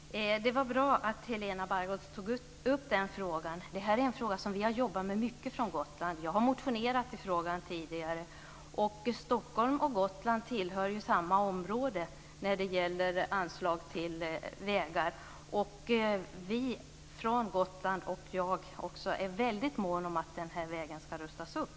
Fru talman! Det var bra att Helena Bargholtz tog upp den frågan. Detta är en fråga som vi från Gotland har jobbat mycket med. Jag har tidigare motionerat i frågan. Stockholm och Gotland tillhör ju samma område när det gäller anslag till vägar. Vi från Gotland är väldigt måna om att den här vägen ska rustas upp.